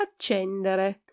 accendere